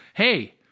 Hey